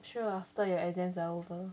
sure after your exams are over